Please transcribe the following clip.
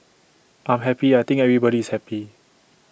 I'm happy I think everybody is happy